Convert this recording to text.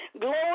Glory